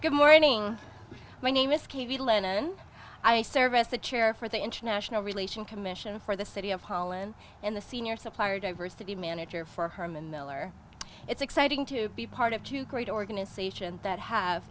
morning my name is katie lennon i service the chair for the international relations commission for the city of holland and the senior supplier diversity manager for herman miller it's exciting to be part of two great organizations that have